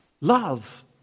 Love